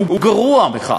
וגרוע מכך,